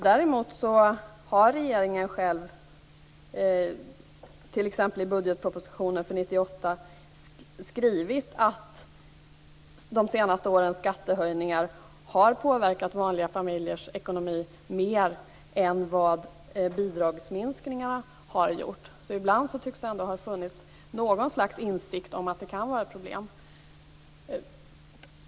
Däremot skriver regeringen, t.ex. i budgetpropositionen för 1998, att de senaste årens skattehöjningar har påverkat vanliga familjers ekonomi mer än vad bidragsminskningarna har gjort. Ibland tycks det ändå finnas något slags insikt om att detta kan vara ett problem.